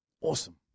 Awesome